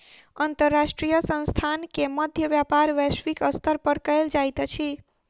अंतर्राष्ट्रीय संस्थान के मध्य व्यापार वैश्विक स्तर पर कयल जाइत अछि